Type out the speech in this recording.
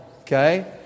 Okay